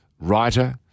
writer